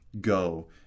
go